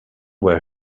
where